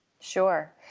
Sure